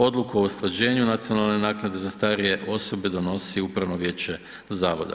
Odluku o usklađenju nacionalne naknade za starije osobe donosi upravno vijeće zavoda.